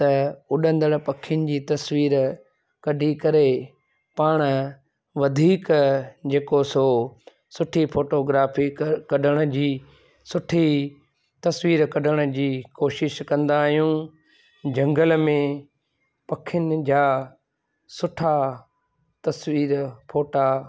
त उॾंदण पखियुनि जी तस्वीर कढी करे पाण वधीक जेको सो सुठी फोटोग्राफी कढ कढण जी सुठी तस्वीर कढण जी कोशिश कंदा आहियूं झंगल में पखियुनि जा सुठा तस्वीर फोटा